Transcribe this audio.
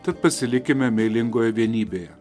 tad pasilikime meilingoje vienybėje